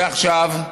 ועכשיו,